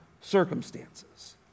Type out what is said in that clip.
circumstances